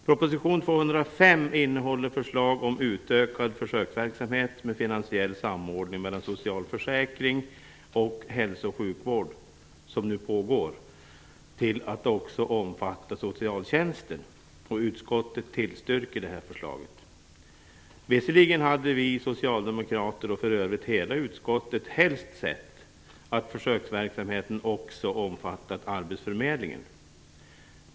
Proposition 205 innehåller förslag om en utökad försöksverksamhet med finansiell samordning till att förutom socialförsäkring och hälso och sjukvård, som nu pågår, också omfatta socialtjänsten. Utskottet tillstyrker förslaget. Visserligen hade vi socialdemokrater, och för övrigt hela utskottet, helst sett att försöksverksamheten också omfattat arbetsförmedlingen.